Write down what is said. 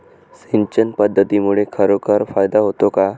सिंचन पद्धतीमुळे खरोखर फायदा होतो का?